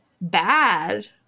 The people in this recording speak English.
bad